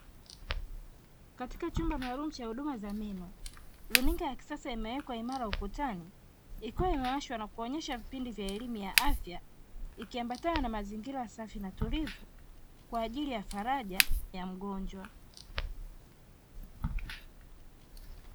Katika chumba maalumu cha huduma za meno, runinga ya kisasa imewekwa imara ukutani, ikiwa imewashwa na kuonyesha vipindi vya elimu ya afya, ikiambatana na mazingira safi na tulivu, kwa ajili ya faraja ya wagonjwa.